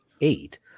eight